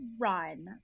run